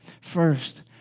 First